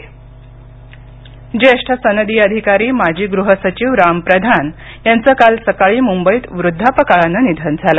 राम प्रधान ज्येष्ठ सनदी अधिकारी माजी गृह सचिव राम प्रधान यांचं काल सकाळी मुंबईत वृद्वापकाळानं निधन झालं